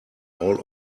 all